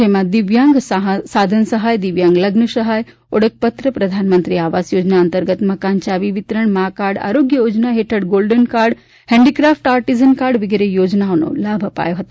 જેમાં દિવ્યાંગ સાધન સહાય દિવ્યાંગ લગ્ન સહાય ઓળખપત્ર પ્રધાનમંત્રી આવાસ યોજના અંતર્ગત મકાન ચાવી વિતરણ મા કાર્ડ આરોગ્ય યોજના હેઠળ golden card handicraft artisan card વગેરે યોજનાઓનો લાભ અપાયો હતો